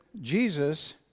Jesus